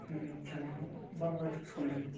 చాలా బాగా చూసుకున్నాము